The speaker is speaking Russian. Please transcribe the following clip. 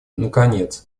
наконец